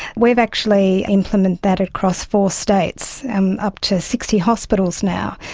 we've actually implemented that across four states, and up to sixty hospitals now.